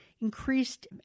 Increased